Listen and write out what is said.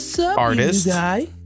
artist